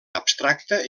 abstracta